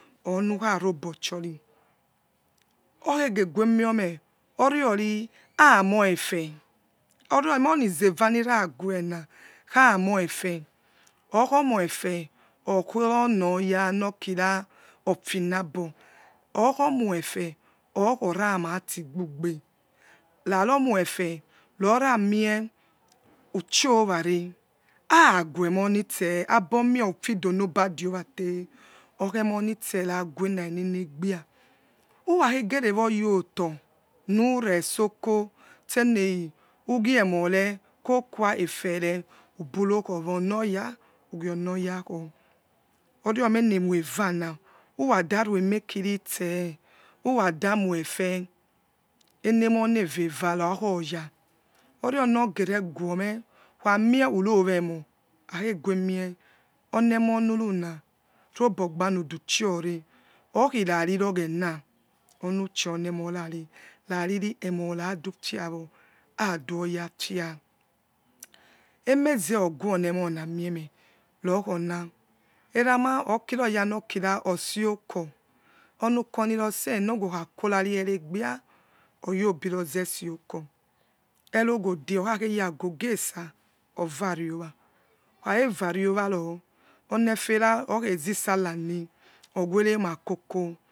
Onakharobochiori okhege home oriori amor efe orime oni zem niraguens kha morfe okno omoife okorojnoya nakira ofinabo okho omorfe okorameti gbugbe meri omoife rova miguchioware ans guemor nitse abomie ufidono, vanke ows be okhe monitse, raguenanenegbia urakhegerewolyoto muretsoko stu giemore kokuwa efere burokho wa, onoya whogio kho ordore voniemoivang ohoradaruemekiristu uradamoife enemona eleva nokhoyaorinoghere gnome ukhamie urowenor ashegue mie onemonerys nobojbany dy tione. okmirari ogliena, onu chíonemorare rariri emoradupia wo adografia emeze oguon-emons moenie riokhons, iramas okiroyanoking, otseoko onokonirose na owo kha kore eviegbia oyobirozescake ereghode okhakhing agogonesa ovine owe okhakhevave ovano onefers okhezisella neh oweremakoko.